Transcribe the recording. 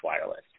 wireless